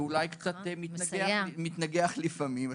ואולי גם מתנגח לפעמים.